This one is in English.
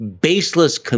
baseless